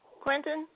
Quentin